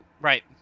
Right